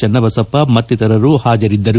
ಚನ್ನಬಸಪ್ಪ ಮತ್ತಿತರರು ಹಾಜರಿದ್ದರು